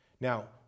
Now